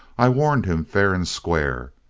i warned him fair and square.